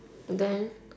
then